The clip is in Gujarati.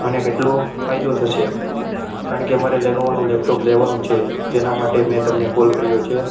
મને કેટલો ફાયદો થશે કારણ કે મારે લેનોવાનું લેપટોપ લેવાનું છે તેના માટે મેં તમને કોલ કર્યો છે